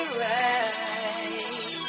right